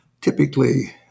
Typically